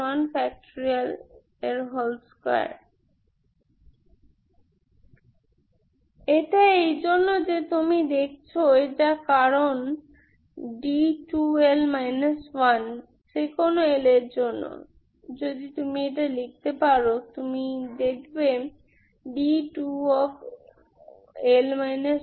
2 এটা এই জন্য যে তুমি দেখছ এটা কারণ d2l 1 যেকোনো l এর জন্য যদি তুমি এটা লিখতে পারো তুমি যেটা দেখবে d2d022l 2l 1